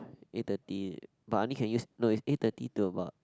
eight thirty but only can use no is eight thirty two about